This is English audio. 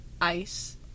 Ice